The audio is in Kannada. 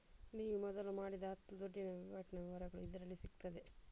ನೀವು ಮೊದಲು ಮಾಡಿದ ಹತ್ತು ದುಡ್ಡಿನ ವೈವಾಟಿನ ವಿವರಗಳು ಇದರಲ್ಲಿ ಸಿಗ್ತದೆ